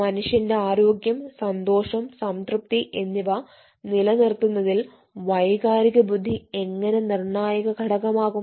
മനുഷ്യന്റെ ആരോഗ്യം സന്തോഷം സംതൃപ്തി എന്നിവ നിലനിർത്തുന്നതിൽ വൈകാരിക ബുദ്ധി എങ്ങനെ നിർണായക ഘടകമാകും